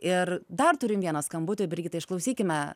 ir dar turim vieną skambutį brigita išklausykime